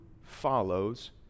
follows